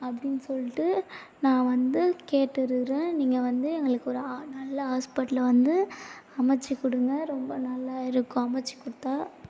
அப்படின் சொல்லிட்டு நான் வந்து கேட்டிருறேன் நீங்கள் வந்து எங்களுக்கு ஒரு ஆ நல்ல ஹாஸ்பிட்டலை வந்து அமைத்து கொடுங்க ரொம்ப நல்லா இருக்கும் அமைத்துக் கொடுத்தா